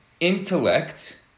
intellect